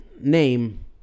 name